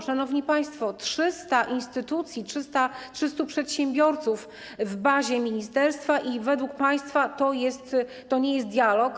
Szanowni państwo, 300 instytucji, 300 przedsiębiorców w bazie ministerstwa i według państwa to nie jest dialog?